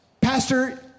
pastor